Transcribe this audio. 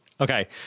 Okay